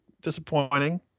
disappointing